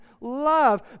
love